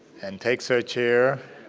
and takes her chair.